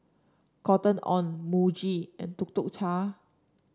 Cotton On Muji and Tuk Tuk Cha